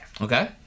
Okay